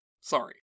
Sorry